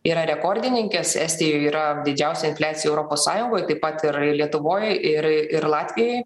yra rekordininkės estijoje yra didžiausia infliacija europos sąjungoj taip pat ir lietuvoj ir ir latvijoj